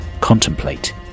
contemplate